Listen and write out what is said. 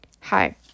Hi